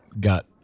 got